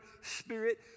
spirit